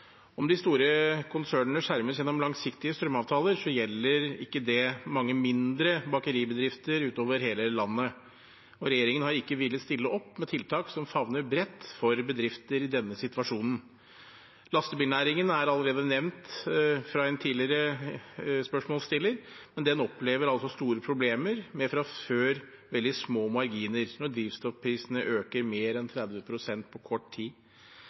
Om de store konsernene skjermes gjennom langsiktige strømavtaler, gjelder ikke det mange mindre bakeribedrifter utover hele landet. Regjeringen har ikke villet stille opp med tiltak som favner bredt for bedrifter i denne situasjonen. Lastebilnæringen er allerede nevnt av en tidligere spørsmålsstiller, men den opplever altså store problemer med fra før veldig små marginer når drivstoffprisene øker mer enn 30 pst. på kort tid.